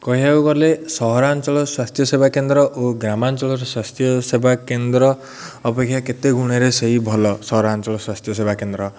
କହିବାକୁ ଗଲେ ସହରାଞ୍ଚଳ ସ୍ୱାସ୍ଥ୍ୟ ସେବା କେନ୍ଦ୍ର ଓ ଗ୍ରାମାଞ୍ଚଳର ସ୍ୱାସ୍ଥ୍ୟ ସେବା କେନ୍ଦ୍ର ଅପେକ୍ଷା କେତେ ଗୁଣରେ ସେ ହିଁ ଭଲ ସହରାଞ୍ଚଳର ସ୍ୱାସ୍ଥ୍ୟ ସେବା କେନ୍ଦ୍ର